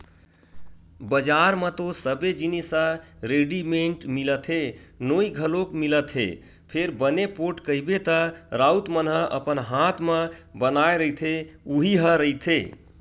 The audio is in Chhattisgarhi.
बजार म तो सबे जिनिस ह रेडिमेंट मिलत हे नोई घलोक मिलत हे फेर बने पोठ कहिबे त राउत मन ह अपन हात म बनाए रहिथे उही ह रहिथे